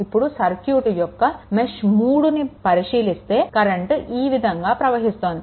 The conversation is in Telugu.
ఇప్పుడు సర్క్యూట్ యొక్క మెష్3 ని పరిశీలిస్తే కరెంట్ ఈ విధంగా ప్రవహిస్తోంది